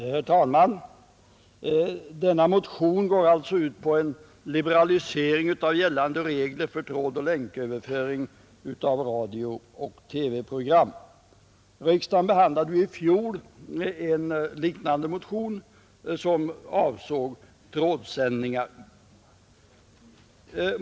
Herr talman! Den motion vi nu behandlar går ut på åstadkommandet av en liberalisering av gällande regler för trådoch länköverföring av radiooch TV-program. Riksdagen behandlade i fjol en liknande motion som avsåg trådsändningar.